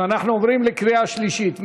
אנחנו עוברים לקריאה שלישית.